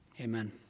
amen